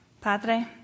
Padre